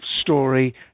story